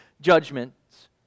judgments